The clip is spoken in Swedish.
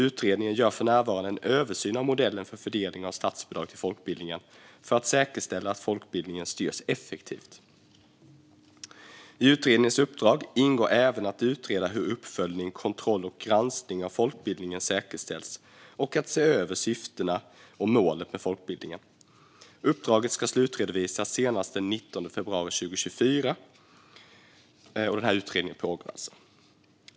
Utredningen gör för närvarande en översyn av modellen för fördelning av statsbidrag till folkbildningen för att säkerställa att folkbildningen styrs effektivt. I utredningens uppdrag ingår även att utreda hur uppföljning, kontroll och granskning av folkbildningen säkerställs och att se över syftena och målet med folkbildningen . Uppdraget ska slutredovisas senast den 19 februari 2024 . Denna utredning pågår alltså.